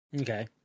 Okay